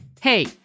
Hey